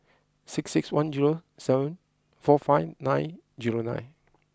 six six one zero seven four five nine zero nine